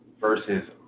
versus